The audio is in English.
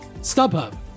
StubHub